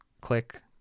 click